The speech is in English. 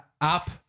up